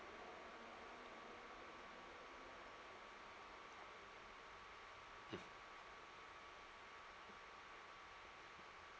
mm